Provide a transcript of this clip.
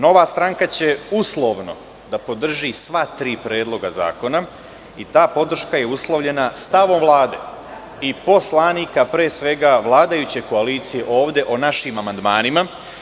Nova stranka će uslovno da podrži sva tri predloga zakona i ta podrška je uslovljena stavom Vlade i poslanika pre svega vladajuće koalicije ovde o našim amandmanima.